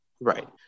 Right